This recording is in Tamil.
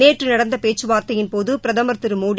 நேற்று நடந்த பேச்சுவார்த்தையின்போது பிரதமர் திரு மோடி